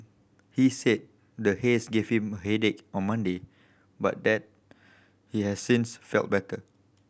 he said the haze gave him a headache on Monday but that he has since felt better